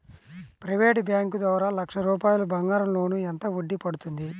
Private bank ద్వారా లక్ష రూపాయలు బంగారం లోన్ ఎంత వడ్డీ పడుతుంది?